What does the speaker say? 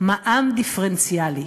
מע"מ דיפרנציאלי.